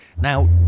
Now